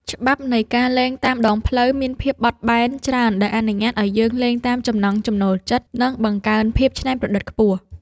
ច្បាប់នៃការលេងតាមដងផ្លូវមានភាពបត់បែនច្រើនដែលអនុញ្ញាតឱ្យយើងលេងតាមចំណង់ចំណូលចិត្ត និងបង្កើនភាពច្នៃប្រឌិតខ្ពស់។